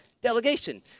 delegation